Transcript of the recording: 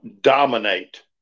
dominate